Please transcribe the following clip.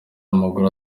amaguru